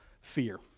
fear